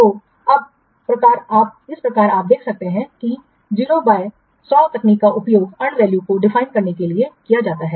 तो इस प्रकार आप देख सकते हैं कि यहाँ 0 बाय 100 तकनीक का उपयोग earned values को define करने के लिए किया जाता है